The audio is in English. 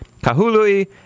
Kahului